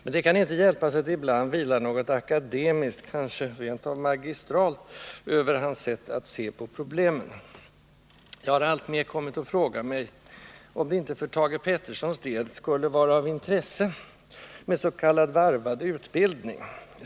Men det kan inte hjälpas att det ibland vilar något akademiskt, kanske rent av magistralt över hans sätt att se på problemen. Jag har alltmer kommit att fråga mig om det inte för Thage Petersons del skulle vara av intresse med s.k. varvad utbildning.